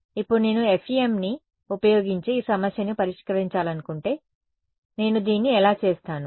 ఇప్పుడు నేను FEMని ఉపయోగించి ఈ సమస్యను పరిష్కరించాలనుకుంటే నేను దీన్ని ఎలా చేస్తాను